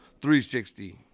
360